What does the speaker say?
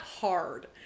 Hard